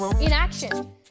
Inaction